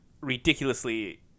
ridiculously